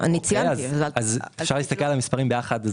אז אפשר להסתכל על המספרים ביחד,